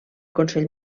consell